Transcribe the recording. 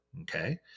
Okay